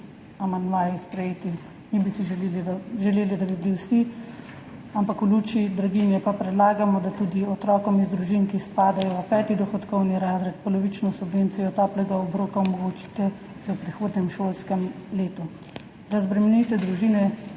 da bi bili vsi, ampak v luči draginje pa predlagamo, da tudi otrokom iz družin, ki spadajo v peti dohodkovni razred, polovično subvencijo toplega obroka omogočite že v prihodnjem šolskem letu, razbremenite družine